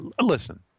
listen